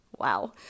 Wow